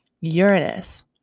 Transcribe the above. Uranus